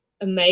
amazing